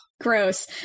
Gross